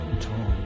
torn